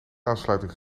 aansluiting